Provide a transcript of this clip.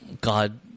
God